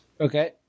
Okay